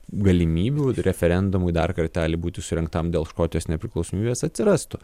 galimybių referendumui dar kartelį būti surengtam dėl škotijos nepriklausomybės atsirastų